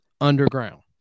underground